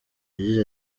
yagize